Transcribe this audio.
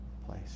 place